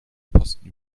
posten